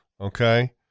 okay